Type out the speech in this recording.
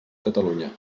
catalunya